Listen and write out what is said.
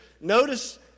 Notice